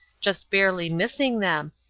just barely missing them,